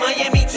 Miami